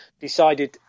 decided